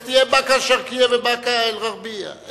תהיה באקה-אל-שרקיה ובאקה-אל-ע'רביה?